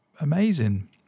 Amazing